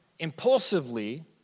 impulsively